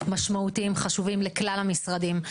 משמעותיים וחשובים לכל המשרדים.